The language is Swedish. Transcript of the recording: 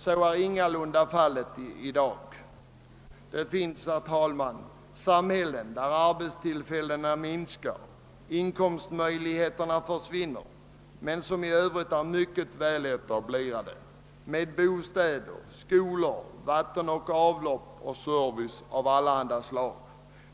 Så är ingalunda fallet i dag. Det finns, herr talman, samhällen där arbetstillfällena minskar och inkomstmöjligheterna försvinner men som i övrigt är mycket välförsedda med bostäder, skolor, vatten och avlopp och service av alla slag.